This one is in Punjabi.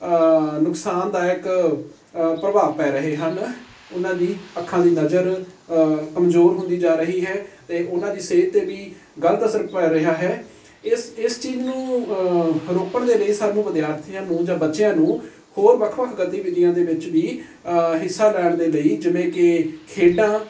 ਨੁਕਸਾਨਦਾਇਕ ਪ੍ਰਭਾਵ ਪੈ ਰਹੇ ਹਨ ਉਹਨਾਂ ਦੀ ਅੱਖਾਂ ਦੀ ਨਜ਼ਰ ਕਮਜ਼ੋਰ ਹੁੰਦੀ ਜਾ ਰਹੀ ਹੈ ਅਤੇ ਉਹਨਾਂ ਦੀ ਸਿਹਤ 'ਤੇ ਵੀ ਗਲਤ ਅਸਰ ਪੈ ਰਿਹਾ ਹੈ ਇਸ ਇਸ ਚੀਜ਼ ਨੂੰ ਰੋਕਣ ਦੇ ਲਈ ਸਾਨੂੰ ਵਿਦਿਆਰਥੀਆਂ ਨੂੰ ਜਾਂ ਬੱਚਿਆਂ ਨੂੰ ਹੋਰ ਵੱਖ ਵੱਖ ਗਤੀਵਿਧਿਆਂ ਦੇ ਵਿੱਚ ਵੀ ਹਿੱਸਾ ਲੈਣ ਦੇ ਲਈ ਜਿਵੇਂ ਕਿ ਖੇਡਾਂ